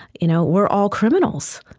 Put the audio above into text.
you know we're all criminals.